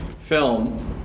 film